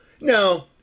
no